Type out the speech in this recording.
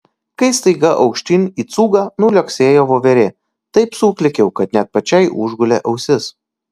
kai staiga aukštyn į cūgą nuliuoksėjo voverė taip suklykiau kad net pačiai užgulė ausis